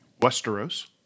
Westeros